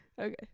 okay